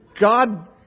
God